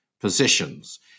positions